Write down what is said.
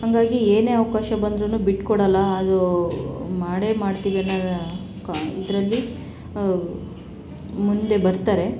ಹಾಗಾಗಿ ಏನೇ ಅವಕಾಶ ಬಂದ್ರೂ ಬಿಟ್ಟು ಕೊಡೋಲ್ಲ ಅದು ಮಾಡೇ ಮಾಡ್ತೀವಿ ಅನ್ನೋ ಕಾನ್ ಇದರಲ್ಲಿ ಮುಂದೆ ಬರ್ತಾರೆ